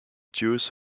jewish